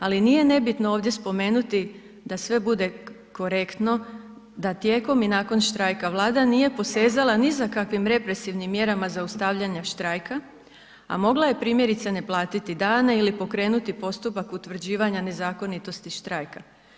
Ali nije nebitno ovdje spomenuti da sve bude korektno da tijekom i nakon štrajka Vlada nije posezala ni za kakvim represivnim mjerama zaustavljanja štrajka, a mogla je primjerice ne platiti dane ili pokrenuti postupak utvrđivanja nezakonitosti štrajka.